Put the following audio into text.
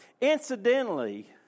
Incidentally